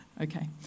Okay